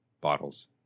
bottles